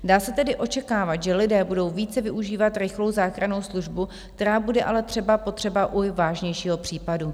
Dá se tedy očekávat, že lidé budou více využívat rychlou záchrannou službu, která bude ale třeba potřeba u vážnějšího případu.